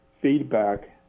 feedback